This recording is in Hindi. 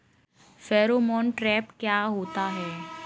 फेरोमोन ट्रैप क्या होता है?